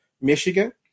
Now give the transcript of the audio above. Michigan